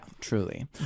truly